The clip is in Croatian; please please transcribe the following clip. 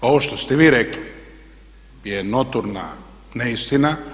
Ovo što ste vi rekli je notorna neistina.